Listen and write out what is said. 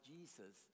Jesus